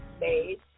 made